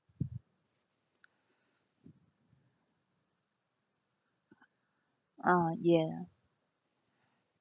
ah ya